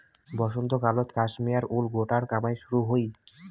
বসন্তকালত cashmere wool গোটার কামাই শুরু হই